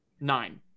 Nine